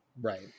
Right